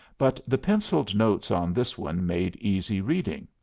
but the penciled notes on this one made easy reading.